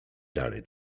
dary